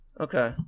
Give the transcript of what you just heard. Okay